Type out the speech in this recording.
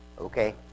Okay